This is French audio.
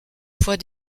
fois